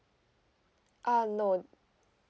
ah no